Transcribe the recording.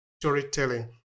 storytelling